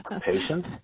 patient